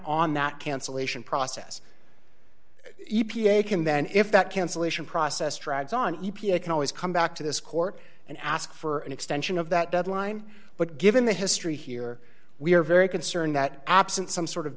on that cancellation process e p a can then if that cancellation process drags on e p a can always come back to this court and ask for an extension of that deadline but given the history here we are very concerned that absent some sort of